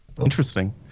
Interesting